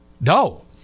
No